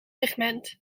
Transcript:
pigment